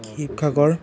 Sivasagar